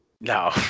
No